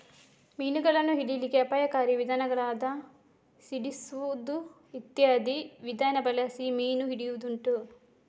ಮೀನುಗಳನ್ನ ಹಿಡೀಲಿಕ್ಕೆ ಅಪಾಯಕಾರಿ ವಿಧಾನಗಳಾದ ಸಿಡಿಸುದು ಇತ್ಯಾದಿ ವಿಧಾನ ಬಳಸಿ ಮೀನು ಹಿಡಿಯುದುಂಟು